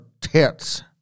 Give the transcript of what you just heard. tits